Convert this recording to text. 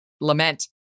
lament